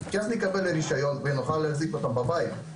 כי אז נקבל רישיון ונוכל להחזיק אותם בבית,